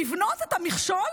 לבנות את המכשול,